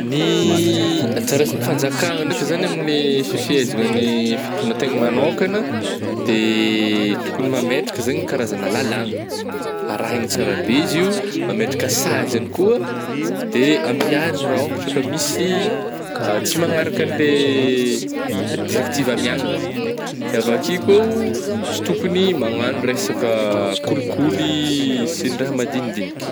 Ny anjara asagn'ny fanjakagna ndraika zany amin'ny fifehezagnan' ny fitondrategna manôkagna de tokogny mametraka zany karazana lalàgna, arahigna tsara be izy io, mametraka sazy ihany koa de ampiharigna raha ôhatra ka misy tsy magnaraka le directive amiagna zany, de avy akeo koa oh tsy tokogny magnano resaka kolikoly sy ny raha madinidiniky